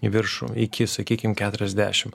į viršų iki sakykim keturiasdešim